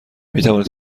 میتوانید